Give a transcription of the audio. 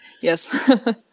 Yes